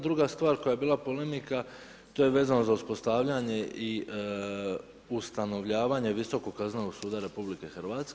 Druga stvar koja je bila polemika, to je vezano za uspostavljanje i ustanovljavanje Visokog kaznenog suda RH.